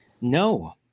No